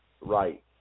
Right